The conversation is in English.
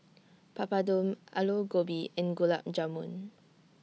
Papadum Alu Gobi and Gulab Jamun